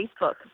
Facebook